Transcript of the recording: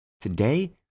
today